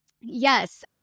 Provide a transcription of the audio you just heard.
Yes